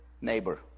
neighbor